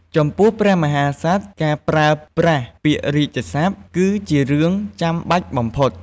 ចំពោះព្រះមហាក្សត្រ ការប្រើប្រាស់ពាក្យរាជសព្ទ គឺជារឿងចាំបាច់បំផុត។